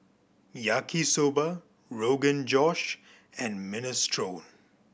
Yaki Soba Rogan Josh and Minestrone